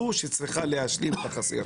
והמדינה הזו היא זו שצריכה להשלים את החסר.